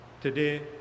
Today